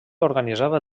organitzava